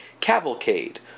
Cavalcade